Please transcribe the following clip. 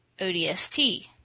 ODST